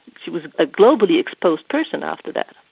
she was a globally exposed person after that.